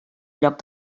lloc